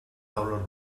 taules